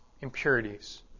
impurities